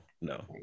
no